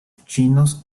chinos